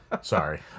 sorry